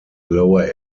lower